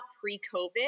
pre-COVID